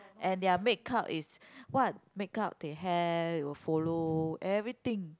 and their make up is what make up they have will follow everything